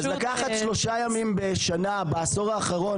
לקחת שלושה ימים בשנה בעשור האחרון